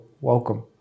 welcome